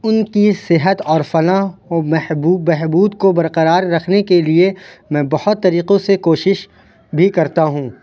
ان کی صحت اور فلاح بہبود کو برقرار رکھنے کے لیے میں بہت طریقوں سے کوشش بھی کرتا ہوں